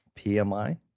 PMI